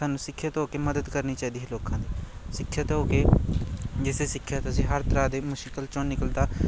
ਸਾਨੂੰ ਸਿੱਖਿਅਤ ਹੋ ਕੇ ਮਦਦ ਕਰਨੀ ਚਾਹੀਦੀ ਹੈ ਲੋਕਾਂ ਦੀ ਸਿੱਖਿਅਤ ਹੋ ਕੇ ਜਿਸ ਸਿੱਖਿਅਤ ਤੁਸੀਂ ਹਰ ਤਰ੍ਹਾਂ ਦੇ ਮੁਸ਼ਕਲ 'ਚੋਂ ਨਿਕਲਦਾ